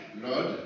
Lord